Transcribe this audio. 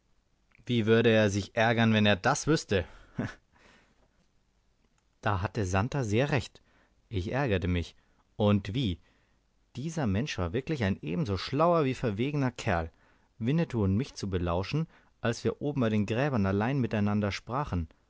wie würde er sich ärgern wenn er das wüßte da hatte santer sehr recht ich ärgerte mich und wie dieser mensch war wirklich ein ebenso schlauer wie verwegener kerl winnetou und mich zu belauschen als wir oben bei den gräbern allein mit einander sprachen